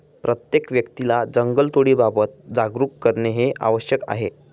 प्रत्येक व्यक्तीला जंगलतोडीबाबत जागरूक करणे आवश्यक आहे